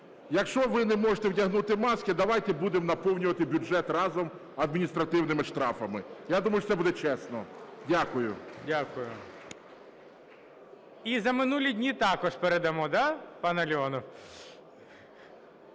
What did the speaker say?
Якщо ви не можете вдягнути маски, давайте будемо наповнювати бюджет разом адміністративними штрафами. Я думаю, що це буде чесно. Дякую. ГОЛОВУЮЧИЙ. Дякую. І за минулі дні також передамо. Да, пане Леонов?